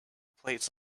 plates